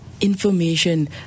information